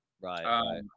Right